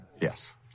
Yes